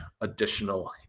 additional